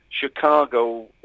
Chicago